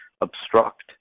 obstruct